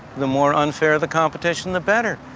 the more unfair the competition the better.